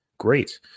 great